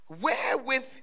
wherewith